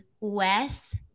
Wes